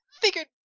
figured